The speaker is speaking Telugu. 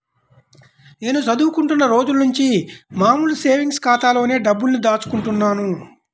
నేను చదువుకుంటున్న రోజులనుంచి మామూలు సేవింగ్స్ ఖాతాలోనే డబ్బుల్ని దాచుకుంటున్నాను